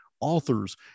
authors